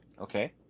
Okay